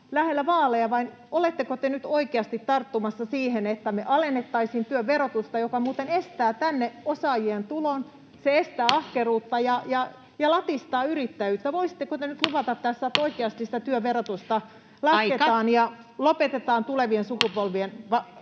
lähellä vaaleja vai oletteko te nyt oikeasti tarttumassa siihen, että me alennettaisiin työn verotusta, joka muuten estää osaajien tulon tänne, estää ahkeruutta ja latistaa yrittäjyyttä? Voisitteko te nyt luvata tässä, että oikeasti sitä työn verotusta lasketaan [Puhemies: Aika!] ja lopetetaan tulevien sukupolvien